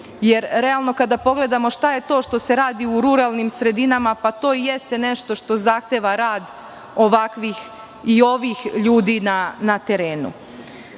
Jer, realno, kada pogledamo šta je to što se radi u ruralnim sredinama, pa to i jeste nešto što zahteva rad ovakvih i ovih ljudi na terenu. Mislim